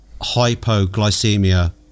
Hypoglycemia